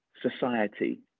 society